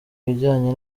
bijyanye